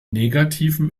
negativen